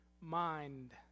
mind